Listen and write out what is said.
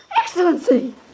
Excellency